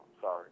sorry